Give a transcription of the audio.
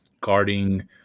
guarding